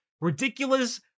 ridiculous